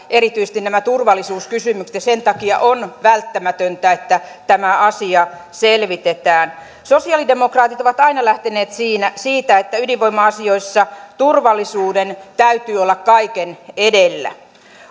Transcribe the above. erityisesti nämä turvallisuuskysymykset sen takia on välttämätöntä että tämä asia selvitetään sosialidemokraatit ovat aina lähteneet siitä että ydinvoima asioissa turvallisuuden täytyy olla kaiken edellä